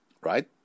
right